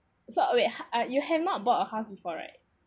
so wait uh you have not bought a house before right